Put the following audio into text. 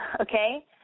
okay